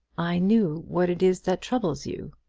i knew what it is that troubles you.